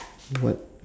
what